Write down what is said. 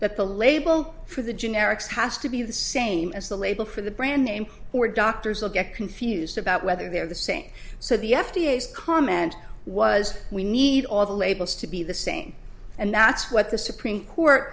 that the label for the generics has to be the same as the label for the brand name for doctors will get confused about whether they're the same so the f d a comment was we need all the labels to be the same and that's what the supreme court